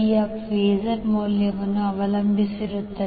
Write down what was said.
ಯ ಫಾಸರ್ ಮೌಲ್ಯವನ್ನು ಅವಲಂಬಿಸಿರುತ್ತದೆ